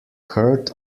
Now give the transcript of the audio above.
heard